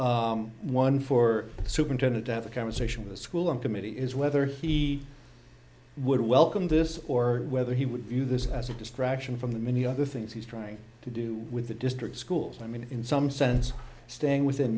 one for superintendent to have a conversation with a school and committee is whether he would welcome this or whether he would view this as a distraction from the many other things he's trying to do with the district schools i mean in some sense staying within